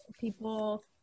people